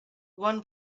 one